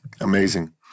Amazing